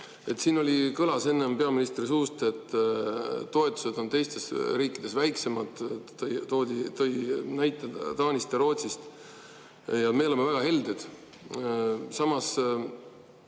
Siin kõlas enne peaministri suust, et toetused on teistes riikides väiksemad, tõi näiteid Taanist ja Rootsist, ja et me oleme väga helded. Samas